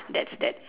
that's that's